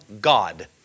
God